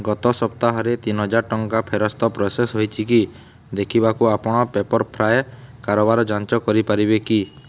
ଗତ ସପ୍ତାହରେ ତିନିହଜାର ଟଙ୍କାର ଫେରସ୍ତ ପ୍ରୋସେସ୍ ହୋଇଛି କି ଦେଖିବାକୁ ଆପଣ ପେପର୍ ଫ୍ରାଏ କାରବାର ଯାଞ୍ଚ କରିପାରିବେ କି